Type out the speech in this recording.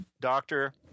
doctor